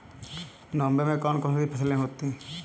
नवंबर में कौन कौन सी फसलें होती हैं?